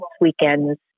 weekends